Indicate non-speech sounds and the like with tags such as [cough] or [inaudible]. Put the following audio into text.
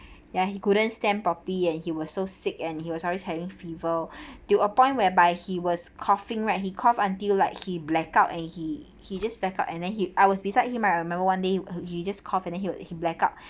ya he couldn't stand properly and he was so sick and he was always having fever to appoint whereby he was coughing right he coughed until like he black out and he he just black out and then he I was beside him right I remember one day he just cough and then he he black out [breath]